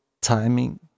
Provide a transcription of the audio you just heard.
timing